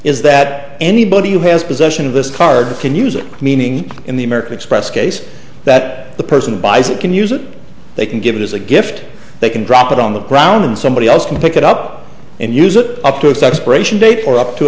is that anybody who has possession of this card can use it meaning in the american express case that the person buys it can use it they can give it as a gift they can drop it on the ground and somebody else can pick it up and use it up to its expiration date or up to